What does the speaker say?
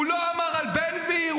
הוא לא אמר על בן גביר,